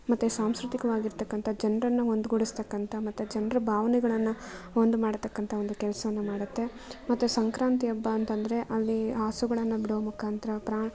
ಮತ್ತು ಸಾಂಸ್ಕೃತಿಕವಾಗಿರ್ತಕ್ಕಂಥ ಜನರನ್ನ ಒಂದುಗೂಡಿಸ್ತಕ್ಕಂಥ ಮತ್ತು ಜನ್ರ ಭಾವನೆಗಳನ್ನು ಒಂದು ಮಾಡ್ತಕ್ಕಂಥ ಒಂದು ಕೆಲಸವನ್ನು ಮಾಡುತ್ತೆ ಮತ್ತೆ ಸಂಕ್ರಾಂತಿ ಹಬ್ಬ ಅಂತಂದ್ರೆ ಅಲ್ಲಿ ಹಸುಗಳನ್ನು ಬಿಡೋ ಮುಖಾಂತ್ರ ಪ್ರಾ